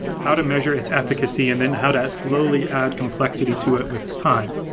how to measure its efficacy and then how to slowly add complexity to it with time.